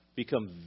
become